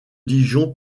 dijon